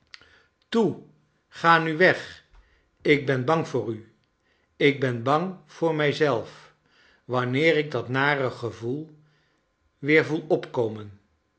toe ga nu weg ik ben bang voor u ik ben bang voor mij zelf wanneer ik dat nare gevoei weer voel opkomen